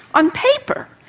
on paper,